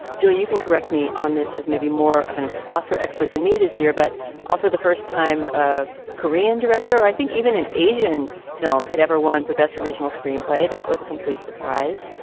julie, you can correct me on this as maybe more of an oscar expert than me this year, but also the first time a korean director, i think even an asian film had ever won for best original screenplay. that was a complete surprise.